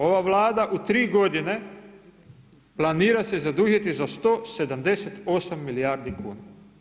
Ova Vlada u 3 godine planira se zadužiti za 178 milijardi kuna.